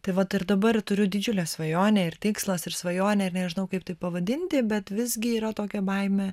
tai vat ir dabar turiu didžiulę svajonę ir tikslas ir svajonė ir nežinau kaip tai pavadinti bet visgi yra tokia baimė